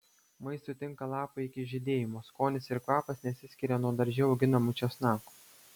maistui tinka lapai iki žydėjimo skonis ir kvapas nesiskiria nuo darže auginamų česnakų